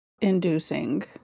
Inducing